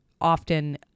often